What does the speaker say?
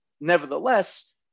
Nevertheless